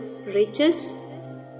riches